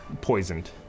Poisoned